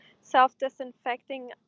self-disinfecting